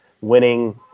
winning